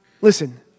listen